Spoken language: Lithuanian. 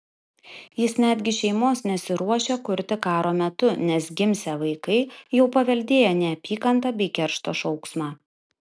jis netgi šeimos nesiruošia kurti karo metu nes gimsią vaikai jau paveldėję neapykantą bei keršto šauksmą